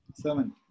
Seven